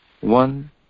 One